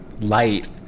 light